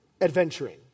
adventuring